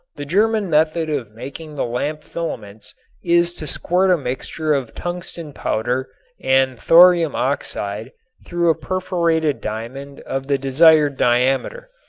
the german method of making the lamp filaments is to squirt a mixture of tungsten powder and thorium oxide through a perforated diamond of the desired diameter.